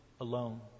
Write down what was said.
alone